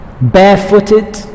barefooted